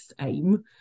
aim